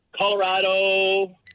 Colorado